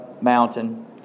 mountain